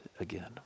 again